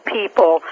people